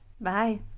bye